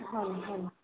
हां हां